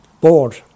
board